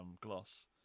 gloss